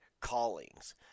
callings